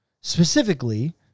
specifically